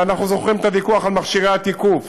אנחנו זוכרים את הוויכוח על מכשירי התיקוף